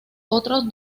otros